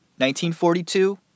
1942